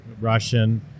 Russian